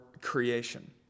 creation